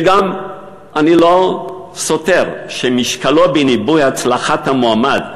וגם אני לא סותר שמשקלו בניבוי הצלחת המועמד,